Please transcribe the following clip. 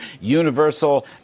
universal